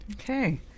Okay